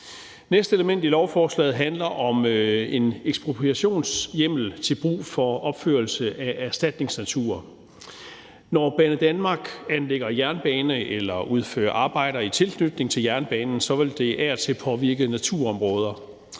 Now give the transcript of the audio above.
tredje element i lovforslaget handler om en ekspropriationshjemmel til brug for etablering af erstatningsnatur. Når Banedanmark anlægger jernbane eller udfører arbejder i tilknytning til jernbanen, vil det af og til påvirke naturområder,